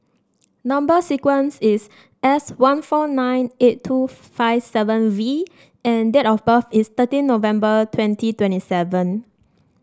number sequence is S one four nine eight two five seven V and date of birth is thirteen November twenty twenty seven